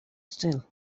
still